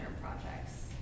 projects